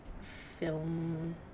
film